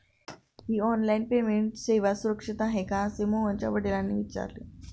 ही online payment सेवा सुरक्षित आहे का असे मोहनच्या वडिलांनी विचारले